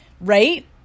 right